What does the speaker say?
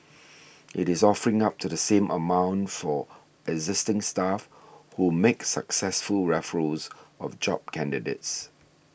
it is offering up to the same amount for existing staff who make successful referrals of job candidates